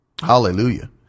Hallelujah